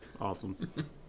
Awesome